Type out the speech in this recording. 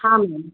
हाँ मैम